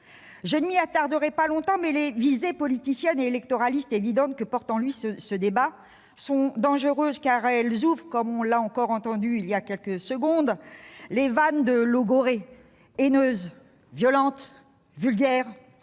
Je ne m'y attarderai pas longtemps, mais les visées politiciennes et électoralistes évidentes que recèle ce débat sont dangereuses : comme on l'a encore entendu il y a quelques secondes, elles ouvrent les vannes de logorrhées haineuses, violentes, vulgaires,